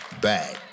Back